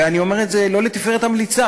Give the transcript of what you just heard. ואני אומר את זה לא לתפארת המליצה.